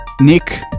Nick